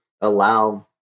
allow